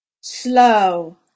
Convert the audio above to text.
Slow